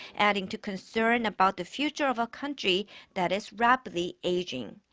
adding to concerns about the future of a country that is rapidly aging.